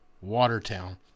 Watertown